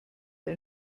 ein